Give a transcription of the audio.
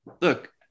look